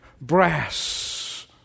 brass